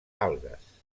algues